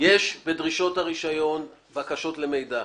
יש בדרישות הרישיון בקשות למידע.